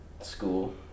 school